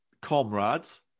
comrades